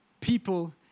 people